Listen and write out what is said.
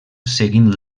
seguint